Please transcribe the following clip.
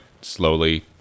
slowly